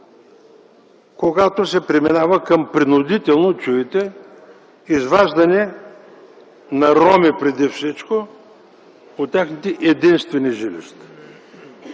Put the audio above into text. когато се преминава към принудително – чуйте! – изваждане на роми преди всичко, от техните единствени жилища.